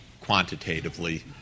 quantitatively